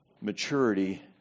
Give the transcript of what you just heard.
maturity